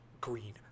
green